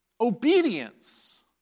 obedience